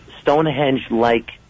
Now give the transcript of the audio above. Stonehenge-like